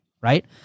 right